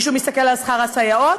מישהו מסתכל על שכר הסייעות?